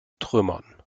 trümmern